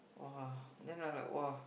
!wah! then I like !wah!